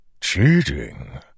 Cheating